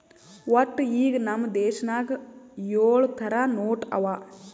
ವಟ್ಟ ಈಗ್ ನಮ್ ದೇಶನಾಗ್ ಯೊಳ್ ಥರ ನೋಟ್ ಅವಾ